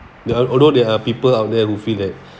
there are although there are people out there who feel that